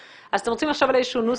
אז אתם רוצים לחשוב על איזה שהוא נוסח,